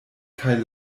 kaj